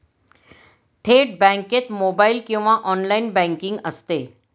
थेट बँकेत मोबाइल किंवा ऑनलाइन बँकिंग असते